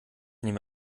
nehme